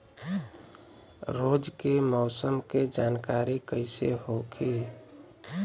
रोज के मौसम के जानकारी कइसे होखि?